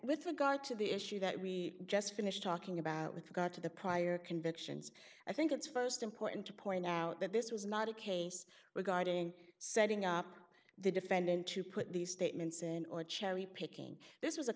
with regard to the issue that we just finished talking about with regard to the prior convictions i think it's first important to point out that this was not a case regarding setting up the defendant to put these statements and or cherry picking this was a